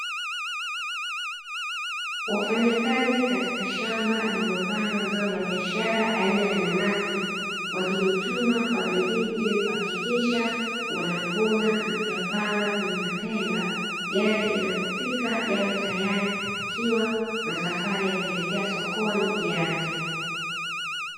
Wafanyakazi katika shamba lililopangwa zao la biashara aina ya nanasi, wakijituma kwa bidii ili kuhakikisha wanayavuna na kuyapanga katika matenga, gari inapofika yawe tayari kupakiwa na safari ya kwenda sokoni ianze.